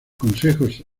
consejos